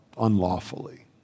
unlawfully